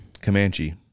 Comanche